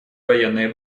военные